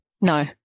no